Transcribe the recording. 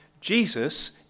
Jesus